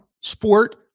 Sport